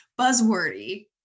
buzzwordy